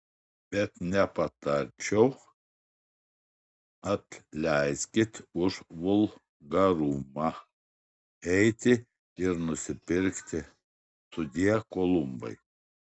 bet nepatarčiau atleiskit už vulgarumą eiti ir nusipirkti sudie kolumbai